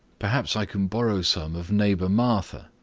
perhaps i can borrow some of neighbor martha.